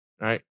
right